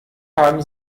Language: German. haben